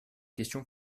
questions